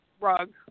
rug